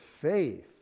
faith